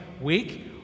week